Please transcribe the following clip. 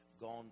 gone